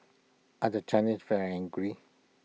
are the Chinese very angry